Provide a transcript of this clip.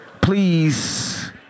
Please